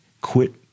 quit